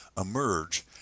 emerge